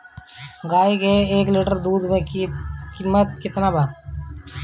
गाए के एक लीटर दूध के कीमत केतना बा?